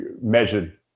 measured